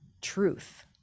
truth